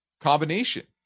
combination